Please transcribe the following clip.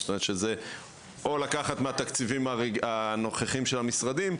זאת אומרת שזה או לקחת מהתקציבים הנוכחיים של המשרדים,